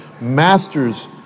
masters